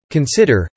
Consider